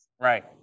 right